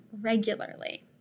regularly